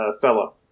fellow